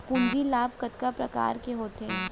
पूंजी लाभ कतना प्रकार के होथे?